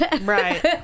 Right